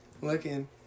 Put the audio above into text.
looking